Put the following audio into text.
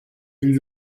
ari